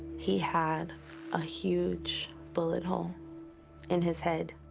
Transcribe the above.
he had a huge bullet hole in his head.